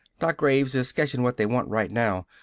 doc graves is sketchin' what they want right now.